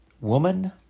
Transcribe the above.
Woman